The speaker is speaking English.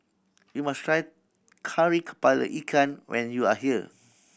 you must try Kari Kepala Ikan when you are here